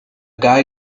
guy